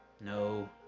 No